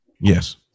Yes